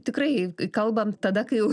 tikrai kalbam tada kai jau